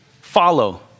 follow